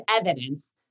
evidence